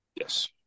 Yes